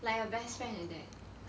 like your best friend like that